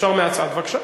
אפשר מהצד, בבקשה.